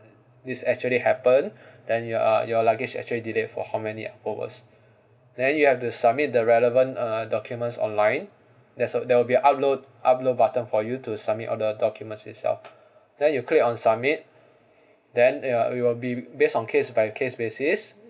it's actually happen then your uh your luggage actually delay for how many hours then you have to submit the relevant uh documents online there's a there will be upload upload button for you to submit all the documents itself then you click on submit then uh it will be base on case by case basis